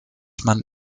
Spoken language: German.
man